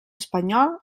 espanyol